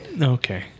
Okay